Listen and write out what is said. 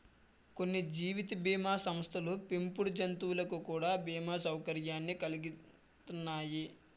కొన్ని జీవిత బీమా సంస్థలు పెంపుడు జంతువులకు కూడా బీమా సౌకర్యాన్ని కలిగిత్తన్నాయి